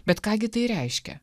bet ką gi tai reiškia